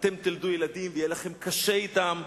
אתם תלדו ילדים ויהיה לכם קשה אתם,